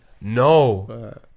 No